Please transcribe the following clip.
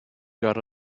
got